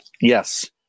Yes